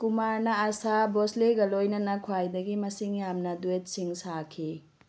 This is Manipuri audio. ꯀꯨꯃꯥꯔꯅ ꯑꯥꯁꯥ ꯕꯣꯁꯂꯦꯒ ꯂꯣꯏꯅꯅ ꯈ꯭ꯋꯥꯏꯗꯒꯤ ꯃꯁꯤꯡ ꯌꯥꯝꯅ ꯗ꯭ꯌꯦꯠꯁꯤꯡ ꯁꯥꯈꯤ